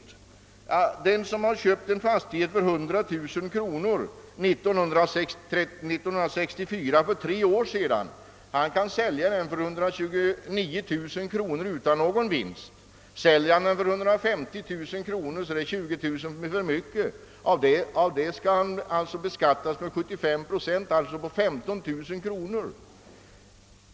Men den som har köpt en fastighet för 100 000 kronor år 1964 — för tre år sedan alltså — kan sälja den för 129 000 kronor utan att få någon vinst alls vid försäljningen. Säljer han den för 150 000 kronor, innebär det att han erhåller 20000 kronor »för mycket», och av detta belopp skall han alltså beskattas med 75 procent, vilket innebär 15000 kronor.